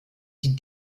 die